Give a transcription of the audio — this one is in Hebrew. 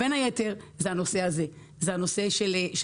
בין היתר זה הנושא של מידות.